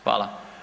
Hvala.